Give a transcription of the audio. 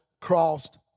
crossed